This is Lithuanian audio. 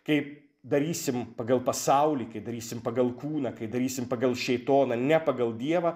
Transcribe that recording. kai darysim pagal pasaulį kai darysim pagal kūną kai darysim pagal šėtoną ne pagal dievą